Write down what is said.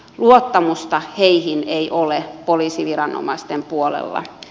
luottamusta heihin ei ole poliisiviranomaisten puolella